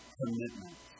commitment